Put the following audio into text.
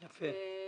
יפה.